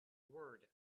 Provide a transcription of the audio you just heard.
word